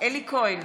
אלי כהן,